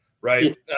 right